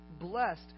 blessed